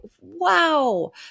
wow